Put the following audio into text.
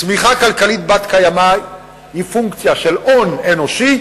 צמיחה כלכלית בת-קיימא היא פונקציה של הון אנושי,